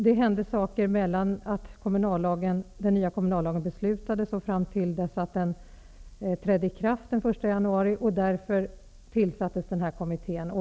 Det hände saker mellan det att den nya kommunallagen belutades och fram till dess att den trädde i kraft den 1 januari. Det var därför som denna kommitté tillsattes.